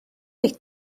wyt